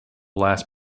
last